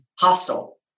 hostile